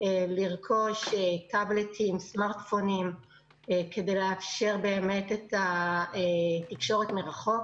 לרכוש טבלטים וסמרטפונים כדי לאפשר תקשורת מרחוק.